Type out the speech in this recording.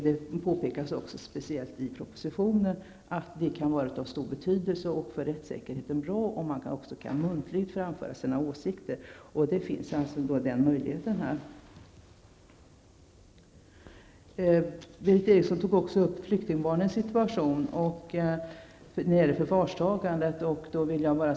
Det påpekas också särskilt i propositionen att det kan vara av stor betydelse och bra för rättssäkerheten om de asylsökande även muntligt kan framföra sina åsikter. Berith Eriksson tog även upp flyktingbarnens situation och förvarstagande av barn.